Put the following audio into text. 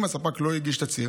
אם הספק לא הגיש תצהיר,